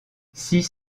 six